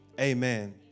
amen